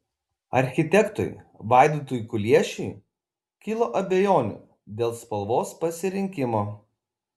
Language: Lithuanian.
architektui vaidotui kuliešiui kilo abejonių dėl spalvos pasirinkimo